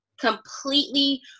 completely